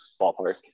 ballpark